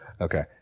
Okay